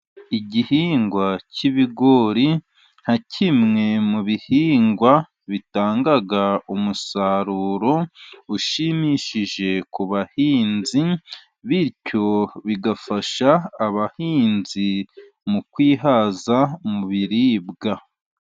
Igihingwa cy'ibigori nka kimwe mu bihingwa bitanga umusaruro ushimishije ku bahinzi, bityo bigafasha abahinzi mu kwihaza mu biribwa.